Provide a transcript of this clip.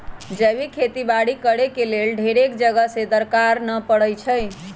जैविक खेती बाड़ी करेके लेल ढेरेक जगह के दरकार न पड़इ छइ